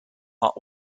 are